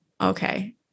okay